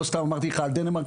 לא סתם אמרתי לך דנמרק,